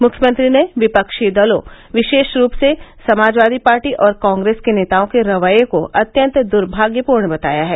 मुख्यमंत्री ने विपक्षी दलों विशेष रूप से समाजवादी पार्टी और कांग्रेस के नेताओं के रवैये को अत्यंत दर्भाग्यपूर्ण बताया है